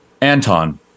Anton